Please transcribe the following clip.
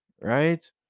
right